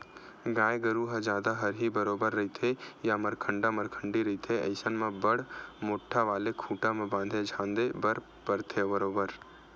गाय गरु ह जादा हरही बरोबर रहिथे या मरखंडा मरखंडी रहिथे अइसन म बड़ मोट्ठा वाले खूटा म बांधे झांदे बर परथे बरोबर